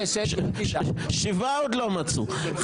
עדיין לא מצאו שבעה, אפילו לא חמישה.